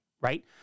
Right